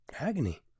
agony